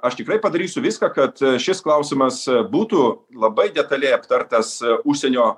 aš tikrai padarysiu viską kad šis klausimas būtų labai detaliai aptartas užsienio